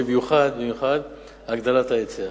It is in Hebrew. במיוחד במיוחד הגדלת ההיצע.